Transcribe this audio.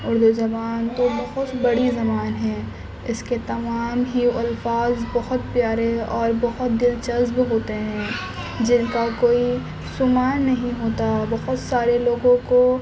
اردو زبان تو بہت بڑی زبان ہیں اس کے تمام ہی الفاظ بہت پیارے اور بہت دل چسپ ہوتے ہیں جن کا کوئی شمار نہیں ہوتا بہت سارے لوگوں کو